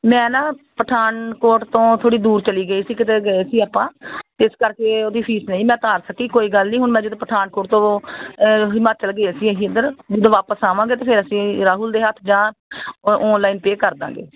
ਮੈਂ ਨਾ ਪਠਾਨਕੋਟ ਤੋਂ ਥੋੜ੍ਹੀ ਦੂਰ ਚਲੀ ਗਈ ਸੀ ਕਿਤੇ ਗਏ ਸੀ ਆਪਾਂ ਇਸ ਕਰਕੇ ਉਹਦੀ ਫੀਸ ਨਹੀਂ ਮੈਂ ਉਤਾਰ ਸਕੀ ਕੋਈ ਗੱਲ ਨਹੀਂ ਹੁਣ ਮੈਂ ਜਦੋਂ ਪਠਾਨਕੋਟ ਤੋਂ ਹਿਮਾਚਲ ਗਏ ਸੀ ਅਸੀਂ ਇੱਧਰ ਜਦੋਂ ਵਾਪਸ ਆਵਾਂਗੇ ਅਤੇ ਫਿਰ ਅਸੀਂ ਰਾਹੁਲ ਦੇ ਹੱਥ ਜਾਂ ਅ ਔਨਲਾਈਨ ਪੇਅ ਕਰ ਦਵਾਂਗੇ